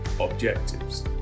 objectives